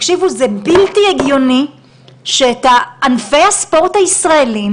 זה בלתי הגיוני שאת ענפי הספורט הישראלים